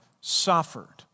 suffered